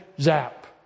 zap